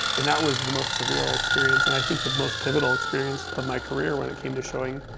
and that was the most surreal experience, and i think the most pivotal experience of my career when it came to showing.